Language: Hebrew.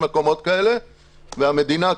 המדינה,